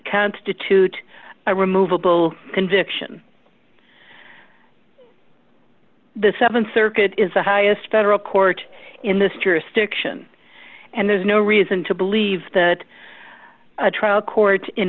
constitute a removable conviction the th circuit is the highest federal court in this jurisdiction and there's no reason to believe that a trial court in